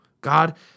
God